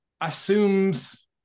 assumes